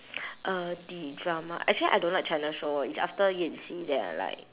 uh the drama actually I don't like china show is after yan xi then I like